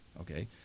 okay